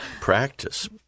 Practice